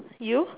you